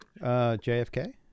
JFK